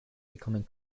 becoming